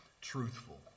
truthful